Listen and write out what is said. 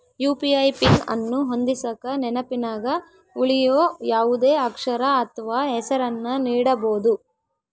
UPI PIN ಅನ್ನು ಹೊಂದಿಸಕ ನೆನಪಿನಗ ಉಳಿಯೋ ಯಾವುದೇ ಅಕ್ಷರ ಅಥ್ವ ಹೆಸರನ್ನ ನೀಡಬೋದು